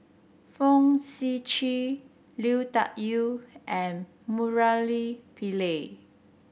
Fong Sip Chee Lui Tuck Yew and Murali Pillai